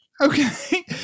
Okay